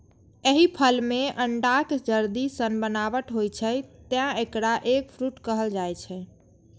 एहि फल मे अंडाक जर्दी सन बनावट होइ छै, तें एकरा एग फ्रूट कहल जाइ छै